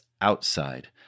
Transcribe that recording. outside